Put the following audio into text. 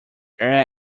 air